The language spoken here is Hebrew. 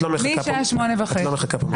את לא מחכה פה משמונה וחצי.